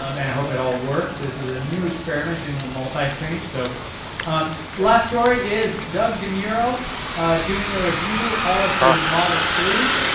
um and i hope it all worked. this is a new experiment doing the multi-stream. so um last story is doug demuro doing a review of a model three,